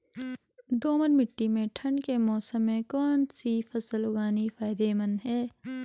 दोमट्ट मिट्टी में ठंड के मौसम में कौन सी फसल उगानी फायदेमंद है?